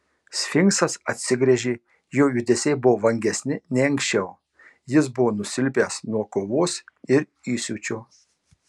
sfinksas atsigręžė jo judesiai buvo vangesni nei anksčiau jis buvo nusilpęs nuo kovos ir įsiūčio